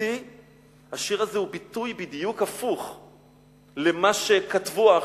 מבחינתי השיר הזה הוא ביטוי בדיוק הפוך למה שכתבו האחרים.